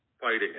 fighting